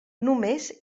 només